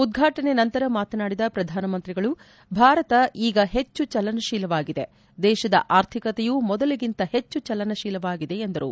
ಉದ್ಘಾಟನೆಯ ನಂತರ ಮಾತನಾಡಿದ ಪ್ರಧಾನಮಂತ್ರಿಗಳು ಭಾರತ ಈಗ ಹೆಚ್ಚು ಚಲನಶೀಲವಾಗಿದೆ ದೇಶದ ಆರ್ಥಿಕತೆಯೂ ಮೊದಲಿಗಿಂತ ಹೆಚ್ಚು ಚಲನಶೀಲವಾಗಿದೆ ಎಂದರು